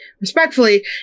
respectfully